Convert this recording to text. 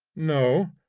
no,